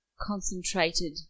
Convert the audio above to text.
concentrated